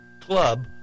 club